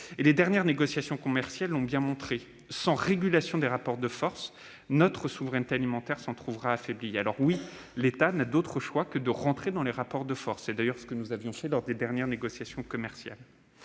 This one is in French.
Les dernières négociations commerciales l'ont bien montré, sans régulation des rapports de force, notre souveraineté alimentaire se trouvera affaiblie. Alors, oui, l'État n'a d'autre choix que d'entrer dans les rapports de force, comme, d'ailleurs, nous l'avions fait lors des dernières négociations commerciales.